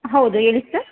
ಹೌದು ಹೇಳಿ ಸರ್